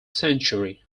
century